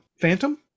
phantom